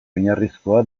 oinarrizkoa